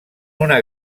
una